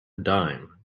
dime